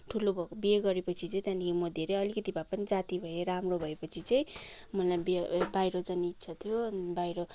ठुलो भएको बिहे गरेपछि चाहिँ त्यहाँदेखि म धेरै अलिकति भए पनि जाती भए राम्रो भए पछि चाहिँ मलाई बिहे ए बाहिर जाने इच्छा थियो अनि बाहिर